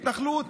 היא התנחלות.